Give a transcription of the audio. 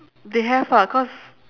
they have ah cause